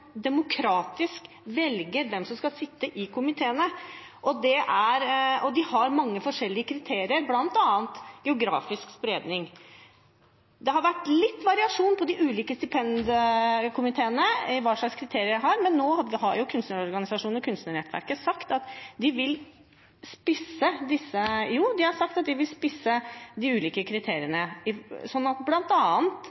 demokratisk velger hvem som skal sitte i komiteene, og de har mange forskjellige kriterier, bl.a. geografisk spredning. Det har vært litt variasjon blant de ulike stipendkomiteene i hva slags kriterier man har, men nå har kunstnerorganisasjonene og Kunstnernettverket sagt at de vil spisse de ulike